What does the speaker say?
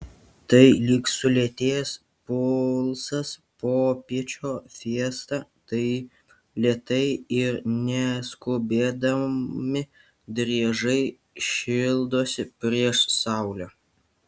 tai lyg sulėtėjęs pulsas popiečio fiesta taip lėtai ir neskubėdami driežai šildosi prieš saulę